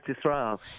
Israel